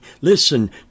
Listen